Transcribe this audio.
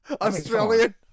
Australian